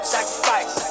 Sacrifice